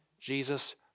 Jesus